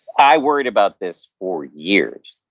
i worried about this for years,